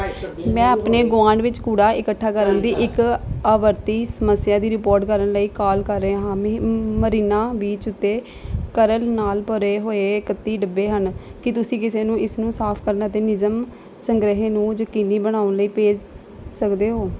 ਮੈਂ ਆਪਣੇ ਗੁਆਂਢ ਵਿੱਚ ਕੂੜਾ ਇਕੱਠਾ ਕਰਨ ਦੀ ਇੱਕ ਆਵਰਤੀ ਸਮੱਸਿਆ ਦੀ ਰਿਪੋਰਟ ਕਰਨ ਲਈ ਕਾਲ ਕਰ ਰਿਹਾ ਹਾਂ ਮਰੀਨਾ ਬੀਚ ਉੱਤੇ ਤਰਲ ਨਾਲ ਭਰੇ ਹੋਏ ਇਕੱਤੀ ਡੱਬੇ ਹਨ ਕੀ ਤੁਸੀਂ ਕਿਸੇ ਨੂੰ ਇਸ ਨੂੰ ਸਾਫ਼ ਕਰਨ ਅਤੇ ਨਿਯਮਤ ਸੰਗ੍ਰਹਿ ਨੂੰ ਯਕੀਨੀ ਬਣਾਉਣ ਲਈ ਭੇਜ ਸਕਦੇ ਹੋ